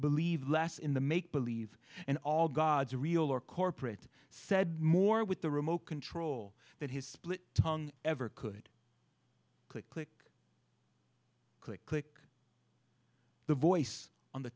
believe last in the make believe and all gods are real or corporate said more with the remote control that his split tongue ever could click click click click the voice on the